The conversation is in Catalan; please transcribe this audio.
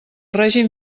règim